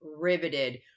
riveted